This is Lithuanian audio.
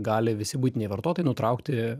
gali visi buitiniai vartotojai nutraukti